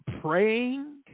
praying